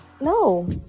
no